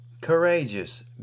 courageous